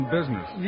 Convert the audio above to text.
business